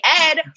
Ed